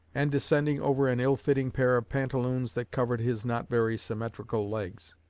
and descending over an ill-fitting pair of pantaloons that covered his not very symmetrical legs.